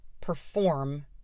perform